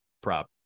prop